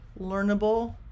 learnable